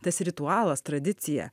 tas ritualas tradicija